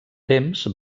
temps